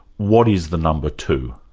what is the number two?